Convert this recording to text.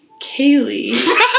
Kaylee